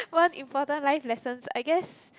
one important life lesson I guess